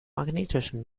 magnetischen